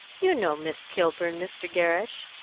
you know miss kilburn, mr. gerrish.